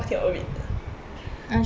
那就好哦